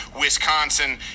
Wisconsin